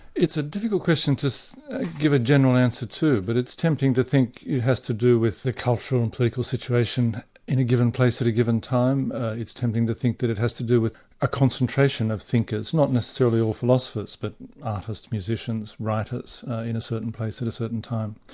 it's a difficult question to so give a general answer to, but it's tempting to think it has to do with the cultural and political situation in a given place at a given time. it's tempting to think that it has to do with a concentration of thinkers, not necessarily all philosophers, but artists, musicians, writers, in a certain place at a certain time.